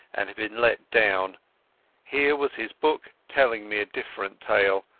and had been let down here was his book telling me a different tale,